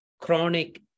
chronic